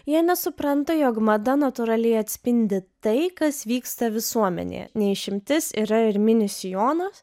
jie nesupranta jog mada natūraliai atspindi tai kas vyksta visuomenėje ne išimtis yra ir mini sijonas